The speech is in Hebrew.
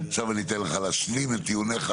עכשיו אני אתן לך להשלים את טיעוניך.